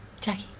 Jackie